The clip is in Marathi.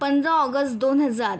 पंधरा ऑगस्ट दोन हजार